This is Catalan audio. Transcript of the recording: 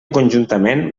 conjuntament